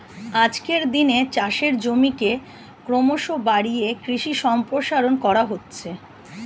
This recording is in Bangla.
আজকের দিনে চাষের জমিকে ক্রমশ বাড়িয়ে কৃষি সম্প্রসারণ করা হচ্ছে